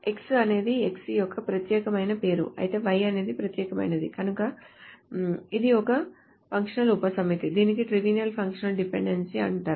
X అనేది X యొక్క ప్రత్యేకమైన పేరు అయితే Y అనేది ప్రత్యేకమైనది కనుక ఇది ఒక ఉపసమితి దీనిని ట్రివియల్ ఫంక్షనల్ డిపెండెన్సీ అంటారు